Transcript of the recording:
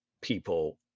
people